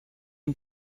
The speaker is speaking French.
une